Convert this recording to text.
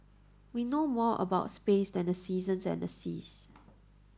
we know more about space than the seasons and the seas